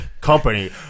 company